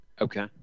Okay